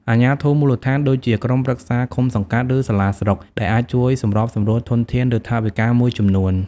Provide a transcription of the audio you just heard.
អាជ្ញាធរមូលដ្ឋាន ដូចជា ក្រុមប្រឹក្សាឃុំសង្កាត់ ឬសាលាស្រុក ដែលអាចជួយសម្របសម្រួលធនធាន ឬថវិកាមួយចំនួន។